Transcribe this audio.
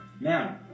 Now